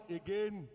again